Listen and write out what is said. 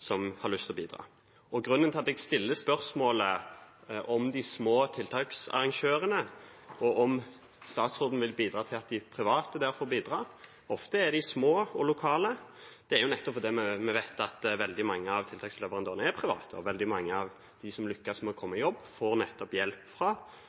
som har lyst til å bidra. Grunnen til at jeg stiller spørsmålet om de små tiltaksarrangørene, og om statsråden vil bidra til at de private får bidra – ofte er de små og lokale – er nettopp at vi vet at mange av tiltaksleverandørene er private, og veldig mange av dem som lykkes med å komme i jobb, får nettopp hjelp fra